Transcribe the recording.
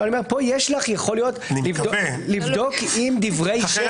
פה יש לך יכול להיות לבדוק אם דברי